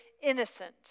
innocent